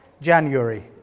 January